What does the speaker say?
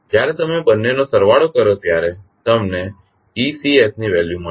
જ્યારે તમે બંનેનો સરવાળો કરો ત્યારે તમને Ec ની વેલ્યુ મળશે